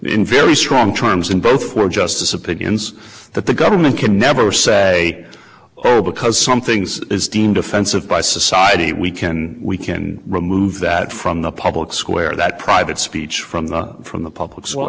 in very strong terms in both for justice opinions that the government can never say oh because some things is deemed offensive by society we can we can remove that from the public square that private speech from the from the public